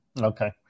Okay